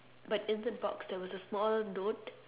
but in the box there was a small note